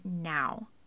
now